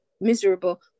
miserable